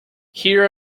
here